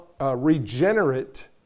regenerate